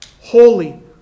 holy